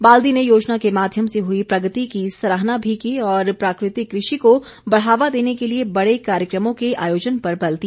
बाल्दी ने योजना के माध्यम से हुई प्रगति की सराहना भी की और प्राकृतिक कृषि को बढ़ावा देने के लिए बड़े कार्यक्रमों के आयोजन पर बल दिया